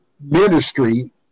ministry